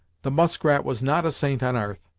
the muskrat was not a saint on arth,